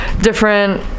different